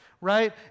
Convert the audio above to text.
right